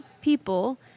people